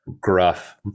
gruff